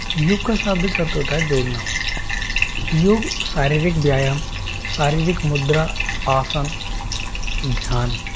योग का शाब्दिक अर्थ होता है जोड़ना योग शारीरिक व्यायाम शारीरिक मुद्रा आसन ध्यान